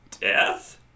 death